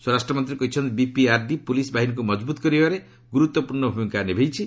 ସ୍ୱରାଷ୍ଟ୍ରମନ୍ତ୍ରୀ କହିଛନ୍ତି BPRD police ବାହିନୀକୁ ମଜବୁତ କରିବାରେ ଗୁରୁତ୍ୱପୂର୍ଣ୍ଣ ଭୂମିକା ନିଭାଉଛି